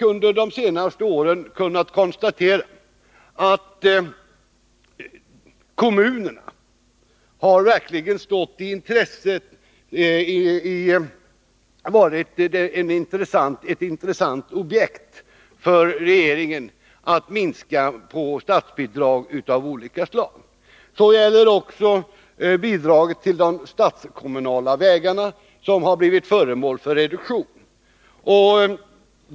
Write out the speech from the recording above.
Under de senaste åren har vi kunnat konstatera att kommunerna verkligen har varit ett intressant objekt för regeringen när det gällt att minska på statsbidrag av olika slag. Det gäller även bidraget till de statskommunala vägarna, vilket har blivit föremål för en reduktion.